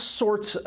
sorts